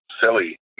silly